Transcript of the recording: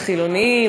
חילונים,